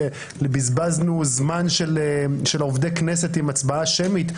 בזבזנו זמן של עובדי כנסת עם הצבעה שמית.